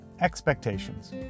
expectations